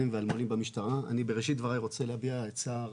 אני בראשית דבריי רוצה להביע צער